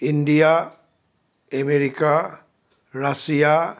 India America Russia